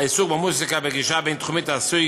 העיסוק במוזיקה בגישה בין-תחומית עשוי